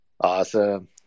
Awesome